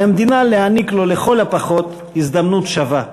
על המדינה להעניק לו לכל הפחות הזדמנות שווה.